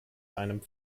einem